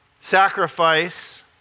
sacrifice